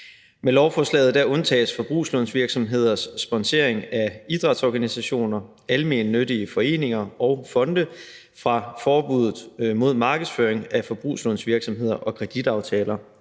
Med lovforslaget undtages forbrugslånsvirksomheders sponsering af idrætsorganisationer, almennyttige foreninger og fonde fra forbuddet mod markedsføring af forbrugslånsvirksomheder og kreditaftaler